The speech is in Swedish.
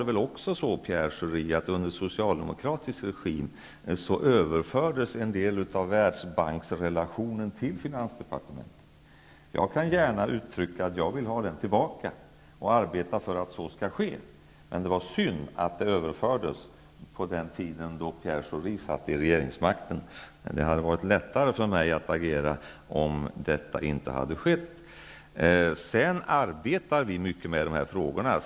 Det var också så, att under socialdemokratisk regim överfördes en del av Jag kan gärna uttrycka att jag vill ha den tillbaka och arbeta för att så skall ske, men det var synd att den överfördes på den tiden då Pierre Schori satt vid regeringsmakten. Det hade varit lättare för mig att agera om detta inte hade skett. Vi arbetar mycket med de här frågorna.